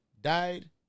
died